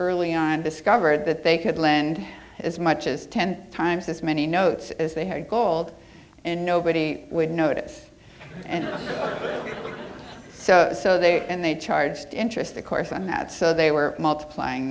early on discovered that they could lend as much as ten times as many notes as they had gold and nobody would notice and so so they and they charged interest of course on that so they were multiplying